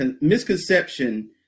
misconception